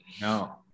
no